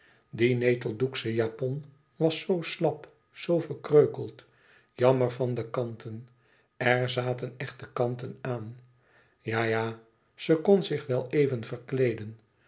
die neteldoeksche japon was zoo slap zoo verkreukeld jammer van de kanten er zaten echte kanten aan ja ja ze kon zich wel even verkleeden